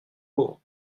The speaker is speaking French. pauvre